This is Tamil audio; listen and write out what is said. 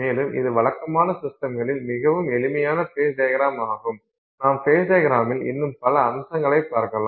மேலும் இது வழக்கமான சிஸ்டம்களில் மிகவும் எளிமையான ஃபேஸ் டையக்ரமாகும் நாம் ஃபேஸ் டையக்ரமில் இன்னும் பல அம்சங்களைக் பார்க்கலாம்